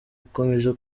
ukomeje